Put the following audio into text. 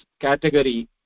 category